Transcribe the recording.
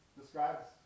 describes